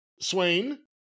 Swain